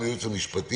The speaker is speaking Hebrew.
עם הייעוץ המשפטי,